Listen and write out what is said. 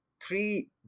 three